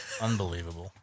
Unbelievable